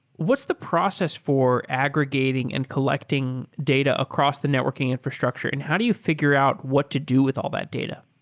what's the process of aggregating and collecting data across the networking infrastructure and how do you fi gure out what to do with all that data?